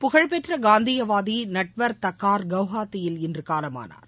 புகழ்பெற்ற காந்தியவாதி நட்வார் தக்கார் கவுஹாத்தியில் இன்று காலமானார்